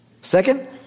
Second